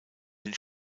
den